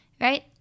right